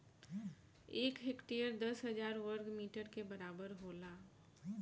एक हेक्टेयर दस हजार वर्ग मीटर के बराबर होला